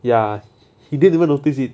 ya he didn't even notice it